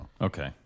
Okay